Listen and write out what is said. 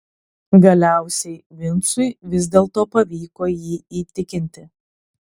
galiausiai vincui vis dėlto pavyko jį įtikinti